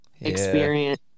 experience